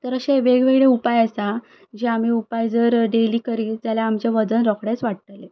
तर अशे हे वेगवेगळे उपाय आसा जे आमकां उपाय जर डेली करीत जाल्या आमचें वजन रोकडेंच वाडटलें